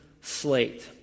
slate